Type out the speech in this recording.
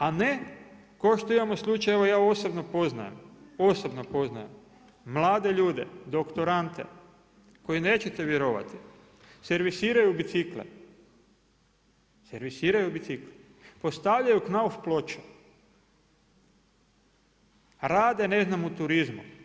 A ne, kao što imamo slučaj, evo ja osobno poznajem mlade ljude, doktorante koji nećete vjerovati servisiraju bicikle, servisiraju bicikle, postavljaju knauf ploče, rade, ne znam u turizmu.